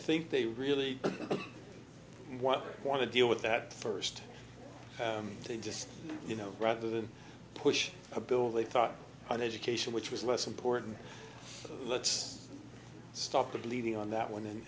think they really want to deal with that first they just you know rather than push a bill they thought on education which was less important let's stop the bleeding on that one and